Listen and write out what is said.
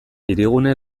hirigune